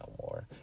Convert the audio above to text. more